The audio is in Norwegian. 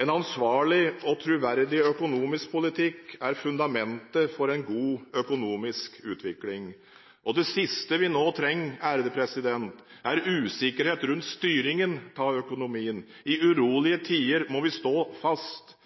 En ansvarlig og troverdig økonomisk politikk er fundamentet for en god økonomisk utvikling. Det siste vi nå trenger, er usikkerhet rundt styringen av økonomien. I urolige tider må vi stå fast.